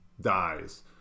dies